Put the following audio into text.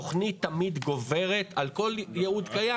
תוכנית תמיד גוברת על כל ייעוד קיים.